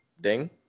Ding